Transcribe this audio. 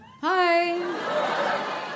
hi